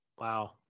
Wow